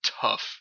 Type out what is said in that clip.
tough